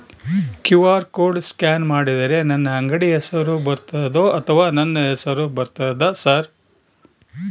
QR code scan ಮಾಡಿದರೆ ನನ್ನ ಅಂಗಡಿ ಹೆಸರು ಬರ್ತದೋ ಅಥವಾ ನನ್ನ ಹೆಸರು ಬರ್ತದ ಸರ್?